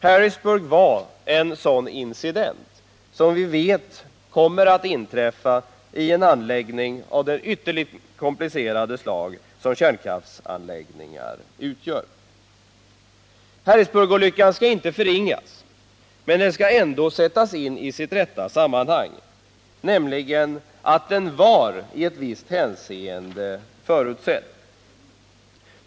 Harrisburgolyckan var en sådan incident som vi vet kommer att inträffa i anläggningar av det ytterligt komplicerade slag som en kärnkraftanläggning utgör. Harrisburgolyckan skall inte förringas, men den skall ändå sättas in i sitt rätta sammanhang: den var i ett visst hänseende förutsedd.